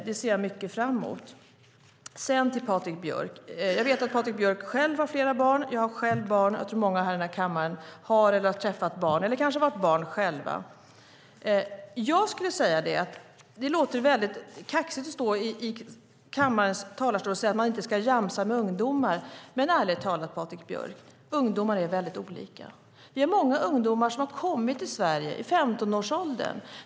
Det ser jag mycket fram emot. Jag vet att Patrik Björck har flera barn. Jag har själv barn, och jag tror att många här i kammaren har eller har träffat barn, och om inte annat har de varit barn själva. Jag tycker att det låter kaxigt att stå i kammarens talarstol och säga att man inte ska jamsa med ungdomar. Ärligt talat, Patrik Björck, är ungdomar väldigt olika. Vi har många ungdomar som har kommit till Sverige i 15-årsåldern.